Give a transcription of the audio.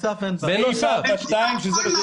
אין בעיה.